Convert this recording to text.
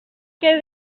que